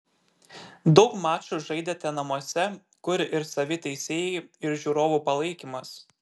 daug mačų žaidėte namuose kur ir savi teisėjai ir žiūrovų palaikymas